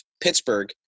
Pittsburgh